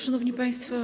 Szanowni Państwo!